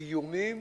איומים,